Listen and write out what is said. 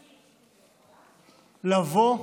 לבוא,